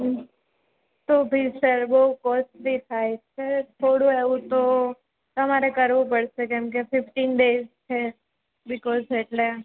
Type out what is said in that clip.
હમ તો બી સર બહુ કોસ્ટલી થાય છે થોડું એવું તો તમારે કરવું પડશે કેમકે ફિફટીન ડેઝ છે બીકોઝ એટલે